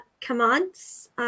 commands